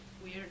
weird